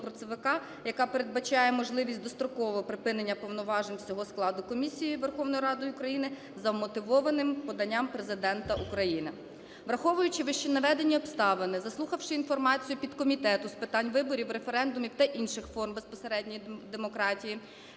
яка передбачає можливість дострокового припинення повноважень всього складу комісії Верховною Радою України за вмотивованим поданням Президента України. Враховуючи вищенаведені обставини, заслухавши інформацію підкомітету з питань виборів, референдумів та інших форм безпосередньої демократії,